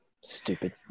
Stupid